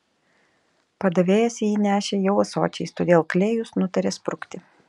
padavėjas jį nešė jau ąsočiais todėl klėjus nutarė sprukti